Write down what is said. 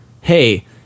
hey